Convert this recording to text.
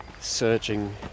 surging